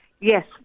Yes